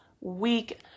week